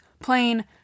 plain